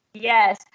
Yes